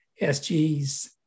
SGs